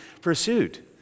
pursued